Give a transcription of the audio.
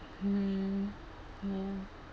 mm ya